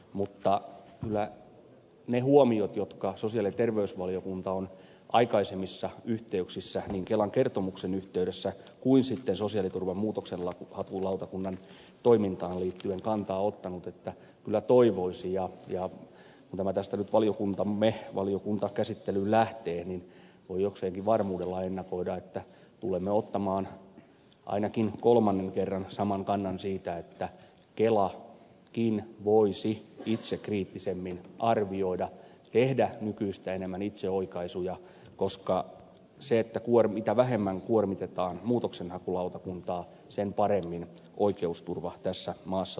mutta niiden huomioiden perusteella jotka sosiaali ja terveysvaliokunta on aikaisemmissa yhteyksissä niin kelan kertomuksen yhteydessä kuin sitten sosiaaliturvan muutoksenhakulautakunnan toimintaan liittyen tehnyt ja kantaa ottanut kyllä toivoisi ja kun tämä tästä nyt valiokuntamme käsittelyyn lähtee voi jokseenkin varmuudella ennakoida että tulemme ottamaan ainakin kolmannen kerran saman kannan että kelakin voisi itsekriittisemmin arvioida tehdä nykyistä enemmän itseoikaisuja koska mitä vähemmän kuormitetaan muutoksenhakulautakuntaa sen paremmin oikeusturva tässä maassa toteutuu